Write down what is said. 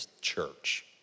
church